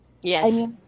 Yes